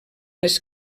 les